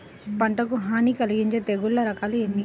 పంటకు హాని కలిగించే తెగుళ్ళ రకాలు ఎన్ని?